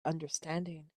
understanding